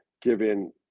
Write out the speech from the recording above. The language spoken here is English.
given